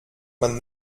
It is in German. man